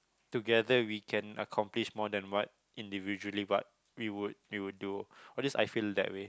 together we can accomplish more than what individually what we would we would do all these I feel that way